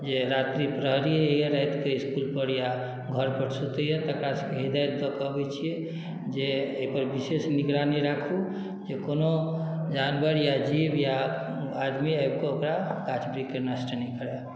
जे रात्री प्रहरी होइए रातिके इस्कुलपर या घरपर सुतैए तकरासभके हिदायत दए कऽ अबैत छियै जे एहिपर विशेष निगरानी राखू जे कोनो जानवर या जीव या आदमी आबि कऽ ओकरा गाछ वृक्षके नष्ट नहि करए